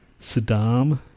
Saddam